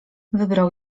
wybrał